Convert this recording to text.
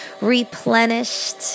replenished